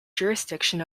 jurisdiction